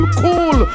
cool